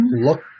look